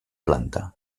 planta